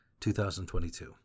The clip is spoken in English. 2022